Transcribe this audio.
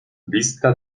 vista